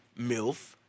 MILF